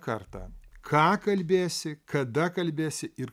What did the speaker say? kartą ką kalbėsi kada kalbėsi ir